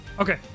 Okay